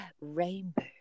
rainbow